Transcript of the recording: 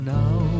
now